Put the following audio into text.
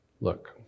Look